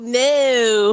no